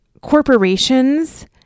corporations